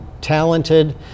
talented